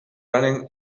running